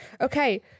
okay